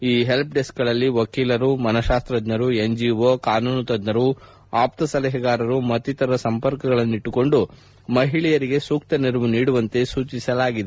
ಈ help desk ಗಳಲ್ಲಿ ವಕೀಲರು ಮನಃತಾಸ್ತಜ್ಜರು ಎನ್ಜಿಒ ಕಾನೂನು ತಜ್ಜರು ಆಪ್ತ ಸಲಹೆಗಾರರು ಮತ್ತಿತರರ ಸಂಪರ್ಕಗಳನ್ನಿಟ್ಟುಕೊಂಡು ಮಹಿಳೆಯರಿಗೆ ಸೂಕ್ತ ನೆರವು ನೀಡುವಂತೆ ಸೂಚಿಸಲಾಗಿದೆ